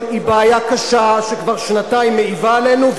היא בעיה קשה שכבר שנתיים מעיבה עלינו,